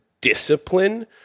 discipline